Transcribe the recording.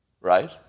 right